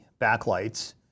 backlights